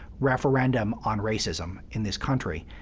referendum on racism in this country.